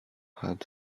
had